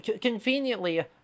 Conveniently